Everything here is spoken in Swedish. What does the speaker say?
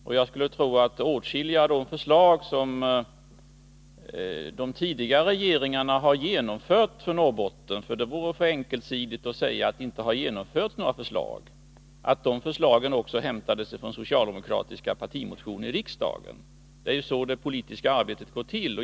Det vore för enkelspårigt att säga att tidigare regeringar inte har genomfört några förslag, och jag skulle tro att åtskilliga av de förslag som har genomförts har hämtats från socialdemokratiska partimotioner i riksdagen. Det är så det politiska arbetet går till.